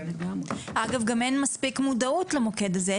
אגב, גם אין מספיק מודעות למוקד הזה.